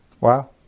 Wow